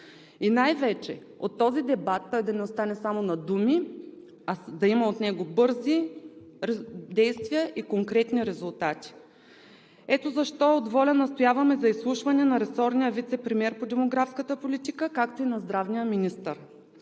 и най-вече – този дебат да не остане само на думи, а от него да има бързи действия и конкретни резултати. Ето защо от ВОЛЯ настояваме за изслушване на ресорния вицепремиер по демографската политика, както и на здравния министър.